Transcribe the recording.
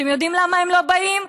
אתם יודעים למה הם לא באים?